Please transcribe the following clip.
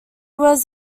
was